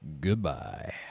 Goodbye